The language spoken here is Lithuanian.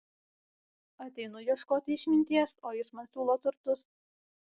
ateinu ieškoti išminties o jis man siūlo turtus